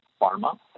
pharma